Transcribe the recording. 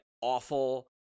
awful